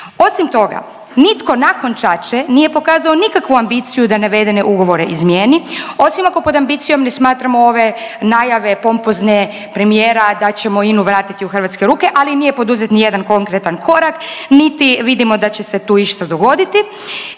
Osim toga nitko nakon čače nije pokazao nikakvu ambiciju da navedene ugovore izmijeni osim ako pod ambicijom ne smatramo ove najave pompozne premijera da ćemo INA-u vratiti u hrvatske ruke, ali nije poduzet nijedan konkretan korak niti vidimo da će se tu išta dogoditi